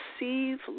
receive